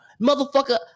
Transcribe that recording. motherfucker